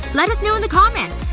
let us know in the comments!